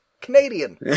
Canadian